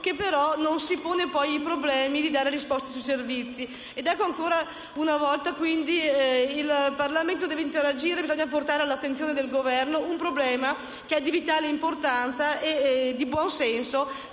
che poi non si pone il problema di dare risposte sui servizi. Ed ecco che ancora una volta il Parlamento deve interagire per portare all'attenzione del Governo un problema che è di vitale importanza e di buon senso: